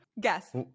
Guess